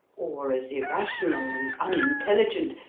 or as irrational and unintelligent,